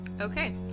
Okay